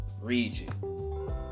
region